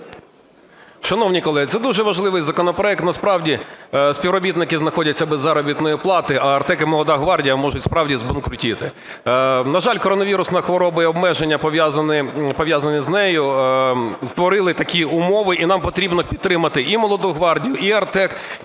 Шановні колеги, це дуже важливий законопроект. Насправді співробітники знаходяться без заробітної плати, а "Артек" і "Молода гвардія" можуть справді збанкрутіти. На жаль, коронавірусна хвороба і обмеження, пов'язані з нею, створили такі умови, і нам потрібно підтримати і "Молоду гвардію", і "Артек",